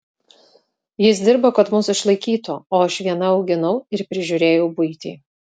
jis dirbo kad mus išlaikytų o aš viena auginau ir prižiūrėjau buitį